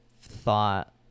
thought